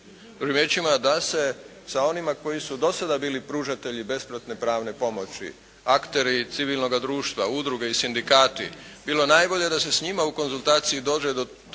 riječima da se sa onima koji su do sada bili pružatelji besplatne pravne pomoći, akteri civilnoga društva, udruge i sindikati bilo najbolje da se s njima u konzultaciji dođe do